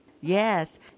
Yes